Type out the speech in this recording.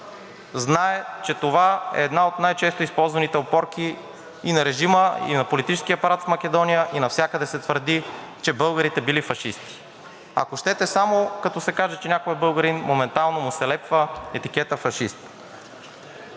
знае, че това е една от най-често използваните опорки и на режима, и на политическия апарат в Македония и навсякъде се твърди, че българите били фашисти. Ако щете, само като се каже, че някой е българин, моментално му се лепва етикетът фашист.